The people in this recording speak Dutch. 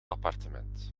appartement